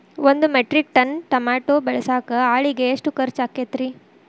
ಒಂದು metric ton tomato ಬೆಳಸಾಕ್ ಆಳಿಗೆ ಎಷ್ಟು ಖರ್ಚ್ ಆಕ್ಕೇತ್ರಿ?